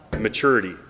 Maturity